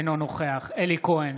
אינו נוכח אלי כהן,